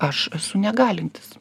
aš esu negalintis